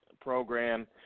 program